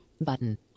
button